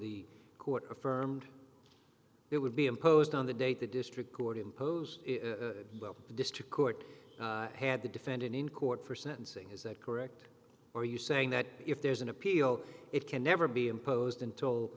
the court affirmed it would be imposed on the date the district court imposed the district court had the defendant in court for sentencing is that correct or are you saying that if there's an appeal it can never be imposed until